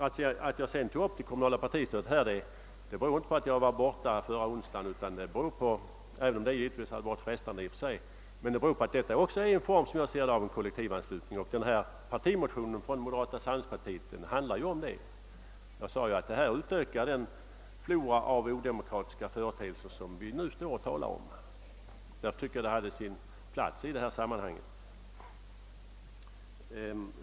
Att jag tog upp frågan om det kommunala partistödet nu berodde inte på att jag var borta förra onsdagen och att det därför i och för sig kunde vara frestande, utan på att även det stödet enligt min mening är en form av kollektivanslutning och moderata samlingspartiets motion ju handlar om detta. Det kommunala partistödet ökar den flora av odemokratiska företeelser som vi nu har, och därför tyckte jag att den frågan hade sin plats i det här sammanhanget.